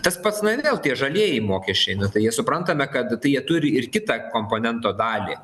tas pats na ir vėl tie žalieji mokesčiai na tai jie suprantame kad tai jie turi ir kitą komponento dalį